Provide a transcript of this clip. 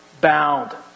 bound